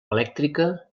elèctrica